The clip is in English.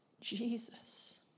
Jesus